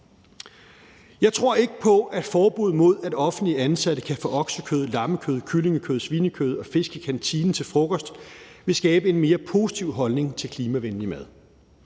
Jeg tror ikke på, at forbud mod, at offentligt ansatte kan få oksekød, lammekød, kyllingekød, svinekød og fisk i kantinen til frokost, vil skabe en mere positiv holdning til klimavenlig mad.